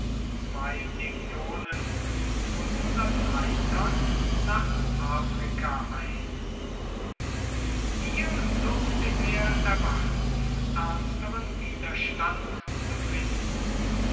zwei legionen und reitern nach afrika ein hier durfte er erwarten ernsteren widerstand zu finden